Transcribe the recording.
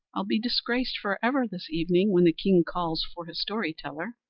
i'll be disgraced for ever this evening, when the king calls for his story-teller.